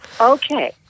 Okay